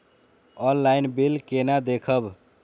Online bill केना देखब?